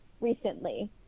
recently